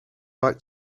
back